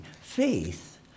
Faith